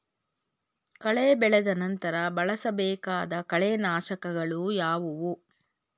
ಕಳೆ ಬೆಳೆದ ನಂತರ ಬಳಸಬೇಕಾದ ಕಳೆನಾಶಕಗಳು ಯಾವುವು?